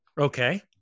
Okay